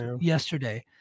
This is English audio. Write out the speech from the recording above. Yesterday